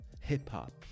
hip-hop